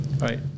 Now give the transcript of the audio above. Right